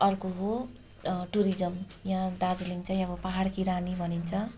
अर्को हो टुरिजम् यहाँ दार्जिलिङ चाहिँ अब पहाड की रानी भनिन्छ